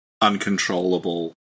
uncontrollable